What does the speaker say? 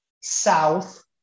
South